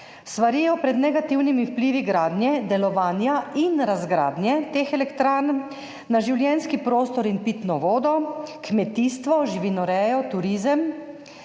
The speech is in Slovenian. Svarijo pred negativnimi vplivi gradnje, delovanja in razgradnje teh elektrarn na življenjski prostor in pitno vodo, kmetijstvo, živinorejo, turizem